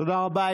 תודה רבה.